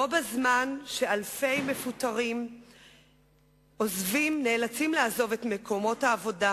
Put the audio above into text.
בזמן שאלפי מפוטרים נאלצים לעזוב את מקומות העבודה,